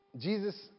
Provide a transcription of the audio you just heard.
Jesus